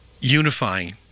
unifying